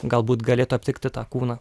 galbūt galėtų aptikti tą kūną